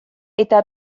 eta